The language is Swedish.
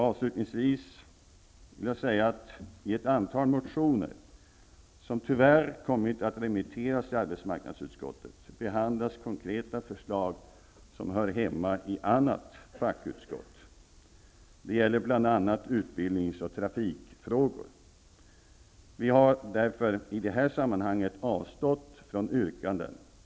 Avslutningsvis vill jag säga att i ett antal motioner, som tyvärr kommit att remitteras till arbetsmarknadsutskottet, behandlas konkreta förslag som hör hemma i annat fackutskott. Det gäller bl.a. utbildnings och trafikfrågor. Vi har därför i detta sammanhang avstått från yrkanden.